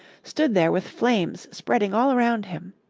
stood there with flames spreading all around him.